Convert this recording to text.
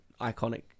iconic